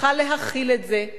צריכה להכיל את זה,